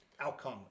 outcome